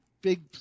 big